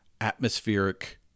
atmospheric